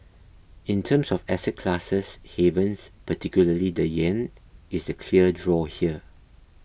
in terms of asset classes havens particularly the yen is the clear draw here